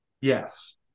Yes